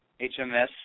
HMS